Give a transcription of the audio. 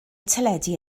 teledu